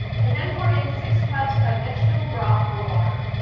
and then, pour in six cups of vegetable broth or water.